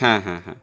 হ্যাঁ হ্যাঁ হ্যাঁ